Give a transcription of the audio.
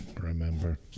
remember